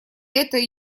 это